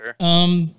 Sure